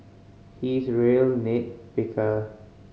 he is a real nit picker